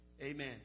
Amen